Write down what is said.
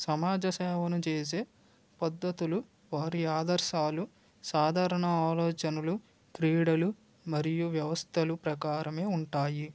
సమాజసేవను చేసే పద్ధతులు వారి ఆదర్శాలు సాధారణ ఆలోచనలు క్రీడలు మరియు వ్యవస్థలు ప్రకారమే ఉంటాయి